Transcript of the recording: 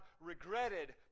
regretted